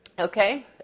Okay